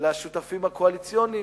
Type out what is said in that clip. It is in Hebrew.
לשותפים הקואליציוניים.